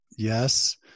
Yes